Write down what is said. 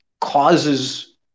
causes